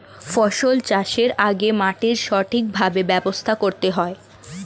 ফসল চাষের আগে মাটির সঠিকভাবে ব্যবস্থা করতে হয়